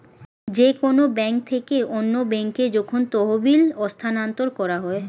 যে কোন ব্যাংক থেকে অন্য ব্যাংকে যখন তহবিল স্থানান্তর করা হয়